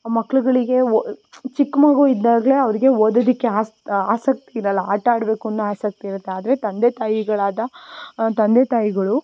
ಆ ಮಕ್ಕಳುಗಳಿಗೆ ಓ ಚಿಕ್ಕ ಮಗು ಇದ್ದಾಗಲೇ ಅವರಿಗೆ ಓದೋದಕ್ಕೆ ಆಸ್ ಆಸಕ್ತಿ ಇರೋಲ್ಲ ಆಟ ಆಡಬೇಕು ಅನ್ನೋ ಆಸಕ್ತಿ ಇರುತ್ತೆ ಆದರೆ ತಂದೆ ತಾಯಿಗಳಾದ ತಂದೆ ತಾಯಿಗಳು